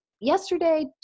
yesterday